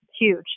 huge